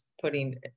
putting